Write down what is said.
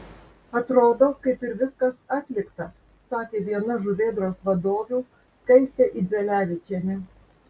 atrodo kaip ir viskas atlikta sakė viena žuvėdros vadovių skaistė idzelevičienė